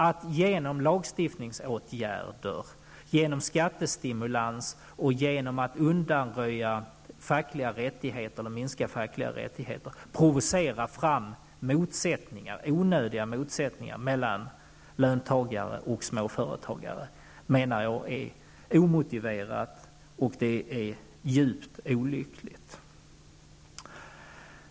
Att genom lagstiftningsåtgärder, genom skattestimulans och genom att inskränka de fackliga rättigheterna provocera fram onödiga motsättningar mellan löntagare och småföretagare menar jag är omotiverat och djupt olyckligt.